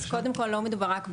ב"ה: קודם כול לא מדובר רק בהסרה,